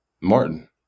Martin